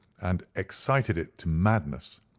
and excited it to madness.